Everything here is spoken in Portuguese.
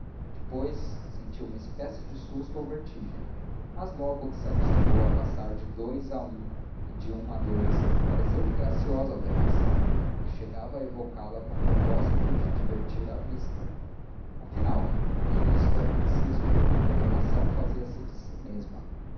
depois sentiu uma espécie de susto ou vertigem mas logo que se acostumou a passar de dous a um e de um a dous pareceu-lhe graciosa a alternação e chegava a evocá la com o propósito de divertir a vista afinal nem isto era preciso a alternação fazia-se de si mesma